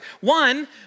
One